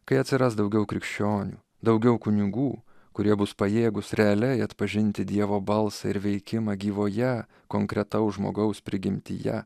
kai atsiras daugiau krikščionių daugiau kunigų kurie bus pajėgus realiai atpažinti dievo balsą ir veikimą gyvoje konkretaus žmogaus prigimtyje